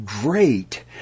great